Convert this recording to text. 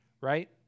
right